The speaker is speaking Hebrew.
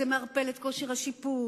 זה מערפל את כושר השיפוט,